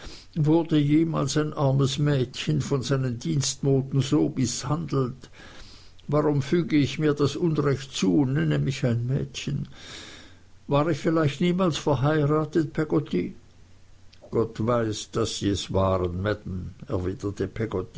wurde jemals ein armes mädchen von seinen dienstboten so mißhandelt warum füge ich mir das unrecht zu und nenne mich ein mädchen war ich vielleicht niemals verheiratet peggotty gott weiß daß sie es waren